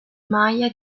maya